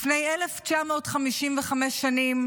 לפני 1,955 שנים